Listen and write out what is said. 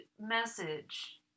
message